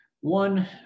one